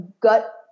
gut